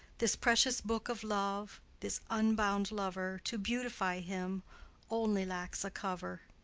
this precious book of love, this unbound lover, to beautify him only lacks a cover.